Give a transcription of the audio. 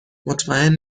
مطمئن